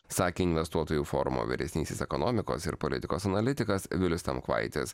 sakė investuotojų forumo vyresnysis ekonomikos ir politikos analitikas vilius tamkvaitis